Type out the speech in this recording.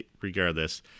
regardless